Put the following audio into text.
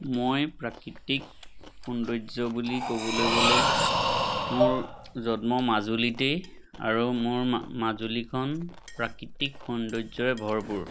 মই প্ৰাকৃতিক সৌন্দৰ্য বুলি ক'বলৈ গ'লে মোৰ জন্ম মাজুলীতেই আৰু মোৰ মাজুলীখন প্ৰাকৃতিক সৌন্দৰ্যৰে ভৰপূৰ